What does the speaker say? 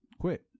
quit